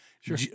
Sure